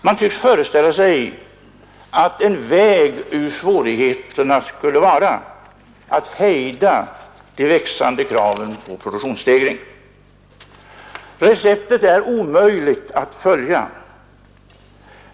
Man tycks föreställa sig att en väg ut ur svårigheterna skulle vara att hejda de växande kraven på produktionsstegring. Receptet är omöjligt att följa.